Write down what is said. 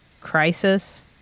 Crisis